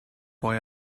boy